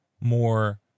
more